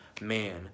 man